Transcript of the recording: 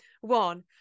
one